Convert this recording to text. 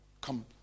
come